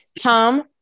Tom